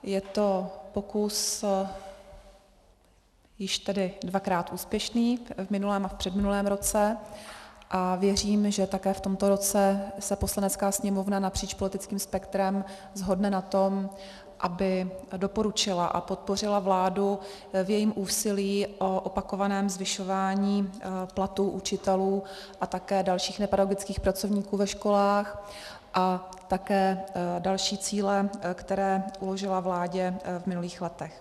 Je to pokus již tedy dvakrát úspěšný, v minulém a předminulém roce, a věřím, že také v tomto roce se Poslanecká sněmovna napříč politickým spektrem shodne na tom, aby doporučila a podpořila vládu v jejím úsilí o opakované zvyšování platů učitelů a také dalších nepedagogických pracovníků ve školách a také další cíle, které uložila vládě v minulých letech.